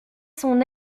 son